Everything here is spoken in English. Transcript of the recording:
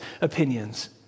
opinions